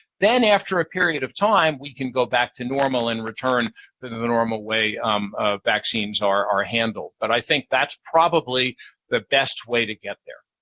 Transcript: then, after a period of time, we can go back to normal and return to the the normal way um ah vaccines are are handled. but i think that's probably the best way to get there.